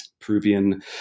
Peruvian